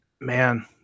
Man